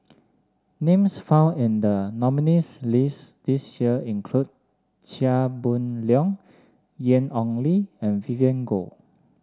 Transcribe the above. names found in the nominees' list this year include Chia Boon Leong Yan Ong Li and Vivien Goh